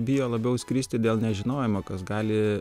bijo labiau skristi dėl nežinojimo kas gali